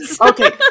Okay